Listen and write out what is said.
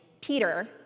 Peter